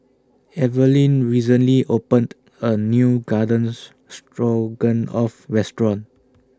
Evaline recently opened A New Garden Stroganoff Restaurant